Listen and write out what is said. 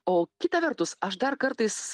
o kita vertus aš dar kartais